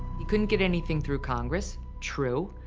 he couldn't get anything through congress, true.